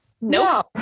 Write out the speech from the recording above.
no